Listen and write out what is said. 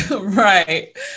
Right